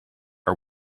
are